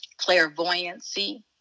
clairvoyancy